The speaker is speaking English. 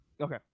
okay